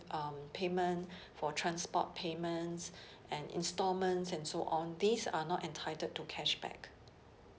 um payment for transport payments and installments and so on these are not entitled to cashback